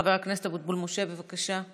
חבר הכנסת אבוטבול משה, בבקשה.